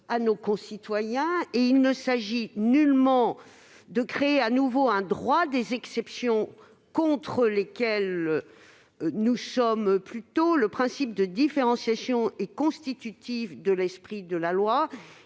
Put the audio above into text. nos concitoyens. Il ne s'agit nullement de créer un nouveau droit des exceptions, auxquelles nous sommes plutôt opposés. Le principe de différenciation est constitutif de l'esprit de la loi.